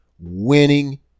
winning